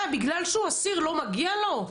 מה, בגלל שהוא אסיר לא מגיע לו?